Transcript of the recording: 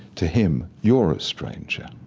to him, you're a stranger.